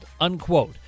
Unquote